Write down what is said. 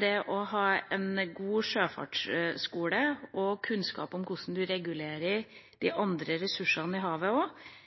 Det å ha en god sjøfartsskole og kunnskap om hvordan man regulerer også de andre ressursene i havet,